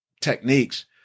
techniques